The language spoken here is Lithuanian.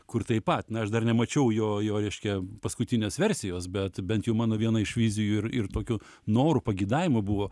kur taip pat na aš dar nemačiau jo jo reiškia paskutinės versijos bet bent jau mano viena iš vizijų ir ir tokių norų pageidavimų buvo